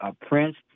prince